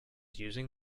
using